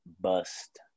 bust